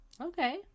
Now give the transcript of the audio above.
Okay